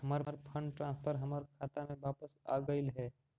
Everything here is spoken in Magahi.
हमर फंड ट्रांसफर हमर खाता में वापस आगईल हे